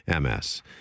MS